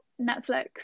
Netflix